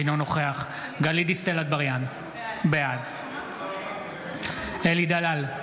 אינו נוכח גלית דיסטל אטבריאן, בעד אלי דלל,